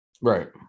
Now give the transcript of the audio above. Right